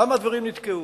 למה הדברים נתקעו,